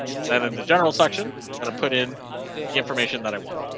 and then in the general section, i'm going to put in the information that i want.